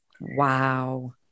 wow